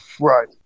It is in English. Right